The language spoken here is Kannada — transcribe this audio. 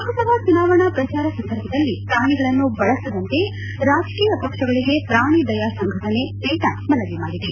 ಲೋಕಸಭಾ ಚುನಾವಣಾ ಪ್ರಚಾರ ಸಂದರ್ಭದಲ್ಲಿ ಪ್ರಾಣಿಗಳನ್ನು ಬಳಸದಂತೆ ರಾಜಕೀಯ ಪಕ್ಷಗಳಿಗೆ ಪ್ರಾಣಿ ದಯಾ ಸಂಘಟನೆ ಪೇಟಾ ಮನವಿ ಮಾಡಿದೆ